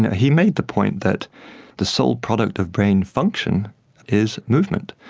he made the point that the sole product of brain function is movement.